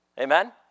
Amen